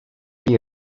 piir